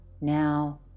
now